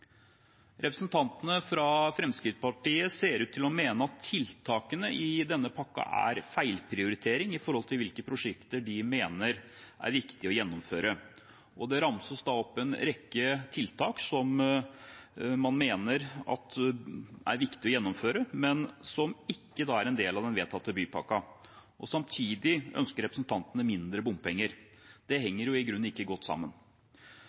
Representantene fra Fremskrittspartiet ser ut til å mene at tiltakene i denne pakken er feilprioritering i forhold til hvilke prosjekter de mener er riktig å gjennomføre. Det ramses opp en rekke tiltak som man mener er viktig å gjennomføre, men som ikke er en del av den vedtatte bypakken. Samtidig ønsker representantene mindre bompenger. Det henger i grunnen ikke godt sammen.